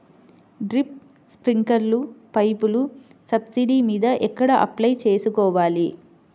Drip, స్ప్రింకర్లు పైపులు subsidy మీద ఎక్కడ అప్లై చేసుకోవాలి?